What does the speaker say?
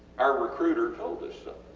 our recruiter told us so.